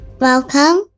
Welcome